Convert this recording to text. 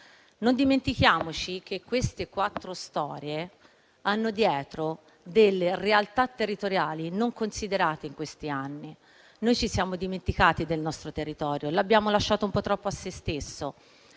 Non dimentichiamoci che queste quattro storie hanno dietro realtà territoriali non considerate in questi anni. Noi ci siamo dimenticati del nostro territorio, l'abbiamo lasciato un po' troppo a se stesso.